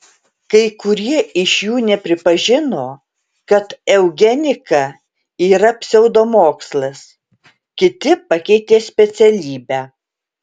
kai kurie iš jų nepripažino kad eugenika yra pseudomokslas kiti pakeitė specialybę